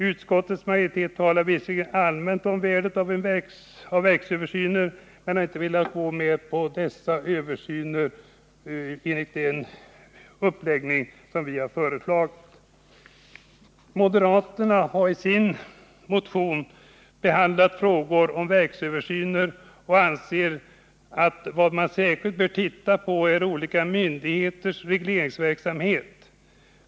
Utskottets majoritet talar visserligen allmänt om värdet av verksöversyner men har inte velat gå med på att ge dessa översyner en klart decentralistisk inriktning. Även moderaterna har i sin motion behandlat frågor om verksöversyner och anser att vad man särskilt bör se på är olika myndigheters regleringsverksamhet.